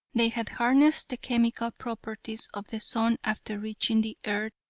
they had harnessed the chemical properties of the sun after reaching the earth,